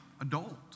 adult